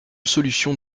solution